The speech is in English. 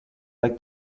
like